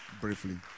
briefly